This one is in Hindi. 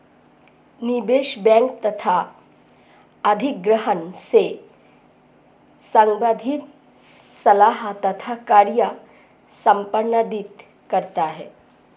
निवेश बैंक तथा अधिग्रहण से संबंधित सलाह तथा कार्य संपादित करता है